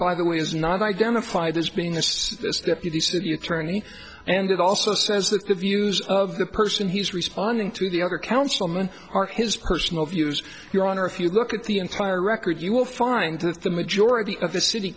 by the way is not identified as being a deputy city attorney and it also says that the views of the person he is responding to the other councilman are his personal views your honor if you look at the entire record you will find that the majority of the city